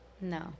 No